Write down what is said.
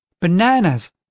bananas